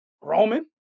Roman